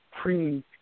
pre